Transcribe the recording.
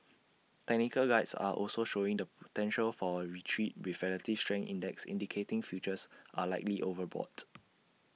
technical Guides are also showing the potential for A retreat with relative strength index indicating futures are likely overbought